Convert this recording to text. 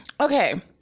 Okay